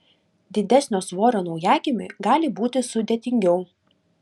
didesnio svorio naujagimiui gali būti sudėtingiau